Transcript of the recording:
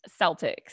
Celtics